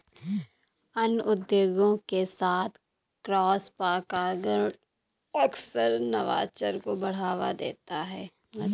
अन्य उद्योगों के साथ क्रॉसपरागण अक्सर नवाचार को बढ़ावा देता है